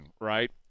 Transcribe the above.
right